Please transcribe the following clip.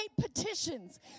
petitions